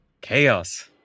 Chaos